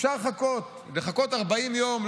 אפשר לחכות 40 יום.